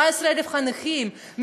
17,000 חניכים,